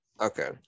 Okay